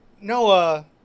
noah